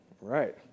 Right